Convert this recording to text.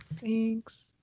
Thanks